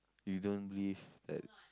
you don't believe that